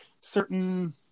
certain